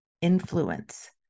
influence